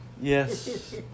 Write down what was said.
Yes